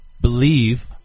believe